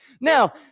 now